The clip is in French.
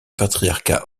patriarcat